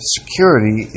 Security